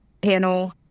panel